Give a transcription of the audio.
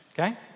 okay